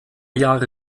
jahre